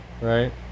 right